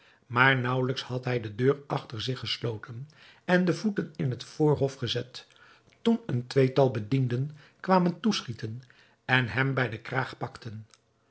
maar naauwelijks had hij de deur achter zich gesloten en de voeten in het voorhof gezet toen een tweetal bedienden kwamen toeschieten en hem bij den kraag pakten